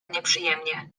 nieprzyjemnie